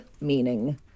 meaning